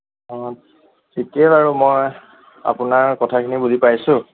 অঁ ঠিকেই বাৰু মই আপোনাৰ কথাখিনি বুজি পাইছোঁ